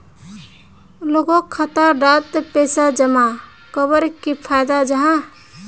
लोगोक खाता डात पैसा जमा कवर की फायदा जाहा?